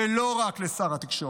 ולא רק לשר התקשורת.